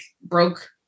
broke